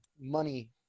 money